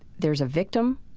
there's a victim